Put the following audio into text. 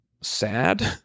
sad